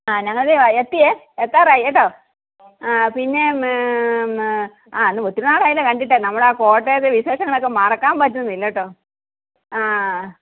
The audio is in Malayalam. ആ ഞങ്ങളിതാ എത്തിയേ എത്താറായി കേട്ടോ ആ പിന്നെ ആ ഒത്തിരി നാളായില്ലേ കണ്ടിട്ട് നമ്മളാ കോട്ടയത്തെ വിശേഷങ്ങളൊക്കെ മറക്കാൻ പറ്റുന്നില്ലാട്ടോ ആ